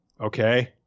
Okay